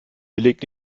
beleg